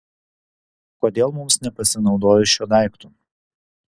kodėl mums nepasinaudojus šiuo daiktu